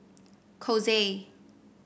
Kose